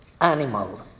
animal